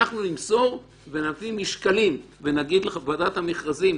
אנחנו נמסור ונביא משקלים ונגיד לוועדת המכרזים,